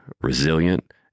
resilient